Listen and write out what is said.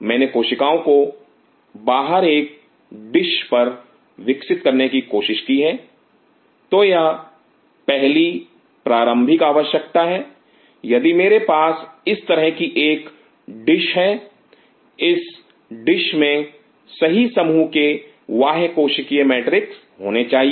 मैंने कोशिकाओं को बाहर एक डिश पर विकसित करने की कोशिश की तो यह पहली प्रारंभिक आवश्यकता है यदि मेरे पास इस तरह की एक डिश है इस डिश में सही समूह के बाह्य कोशिकीय मैट्रिक्स होने चाहिए